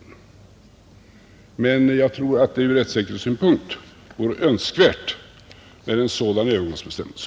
Jag tror emellertid att det från rättssäkerhetssynpunkt är önskvärt med en sådan övergångsbestämmelse.